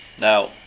Now